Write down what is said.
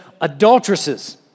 adulteresses